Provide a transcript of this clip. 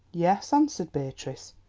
yes, answered beatrice,